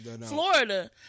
Florida